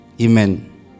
Amen